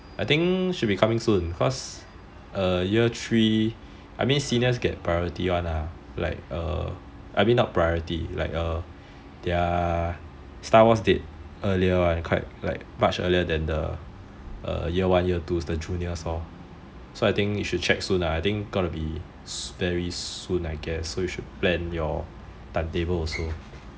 I think should be coming soon cause year three I mean seniors get priority [one] ah like err I mean not priority like err their date earlier one like much earlier than the year one year twos the juniors lor so I think should check soon lah I think got to be very soon I guess so you should plan your time table also